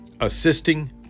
assisting